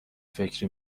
فکری